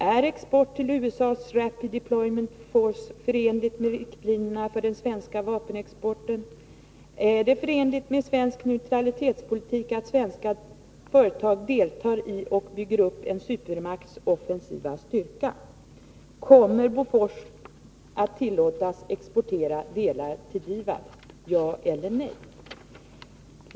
Är export till USA:s Rapid Deployment Force förenlig med riktlinjerna för den svenska vapenexporten? Är det förenligt med svensk neutralitetspolitik att svenska företag deltar i och bygger upp en supermakts offensiva styrka? Kommer Bofors att tillåtas exportera delar till DIVAD - ja eller nej?